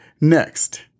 Next